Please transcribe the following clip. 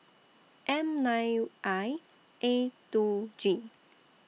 M nine I A two G